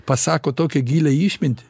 pasako tokią gilią išmintį